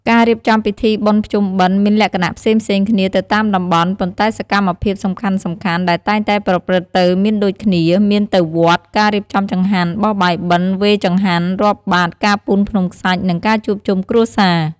ការរៀបចំពិធីបុណ្យភ្ជុំបិណ្ឌ មានលក្ខណៈផ្សេងៗគ្នាទៅតាមតំបន់ ប៉ុន្តែសកម្មភាពសំខាន់ៗដែលតែងតែប្រព្រឹត្តទៅមានដូចគ្នា មាន ទៅវត្ត ការរៀបចំចង្ហាន់ បោះបាយបិណ្ឌ វេរចង្ហាន់ រាប់បាត្រ ការពូនភ្នំខ្សាច់ និង ការជួបជុំគ្រួសារ។